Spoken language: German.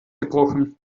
gebrochen